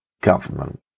government